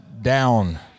down